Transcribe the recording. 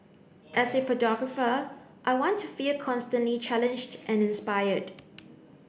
as a photographer I want to feel constantly challenged and inspired